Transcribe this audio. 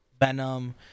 Venom